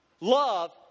Love